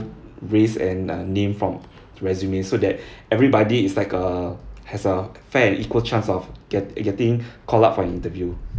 race and uh name from resume so that everybody is like uh has uh fair and equal chance of get getting called up for an interview